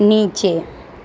નીચે